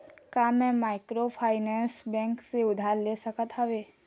का मैं microfinance bank से उधार ले सकत हावे?